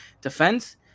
defense